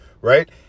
right